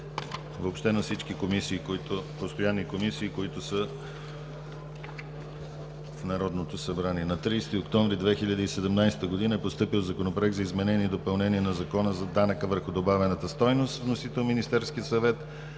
въобще на всички постоянни комисии в Народното събрание. На 30 октомври 2017 г. е постъпил Законопроект за изменение и допълнение на Закона за данък върху добавената стойност. Вносител е Министерският съвет.